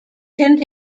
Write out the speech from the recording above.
can